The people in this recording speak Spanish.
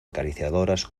acariciadoras